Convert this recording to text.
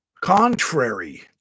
Contrary